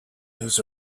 his